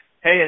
Hey